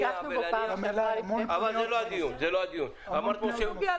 ------ אבל זה לא הדיון --- נוגע,